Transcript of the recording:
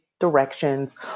directions